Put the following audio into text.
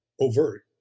overt